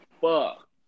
fuck